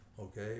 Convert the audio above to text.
Okay